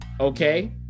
Okay